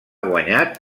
guanyat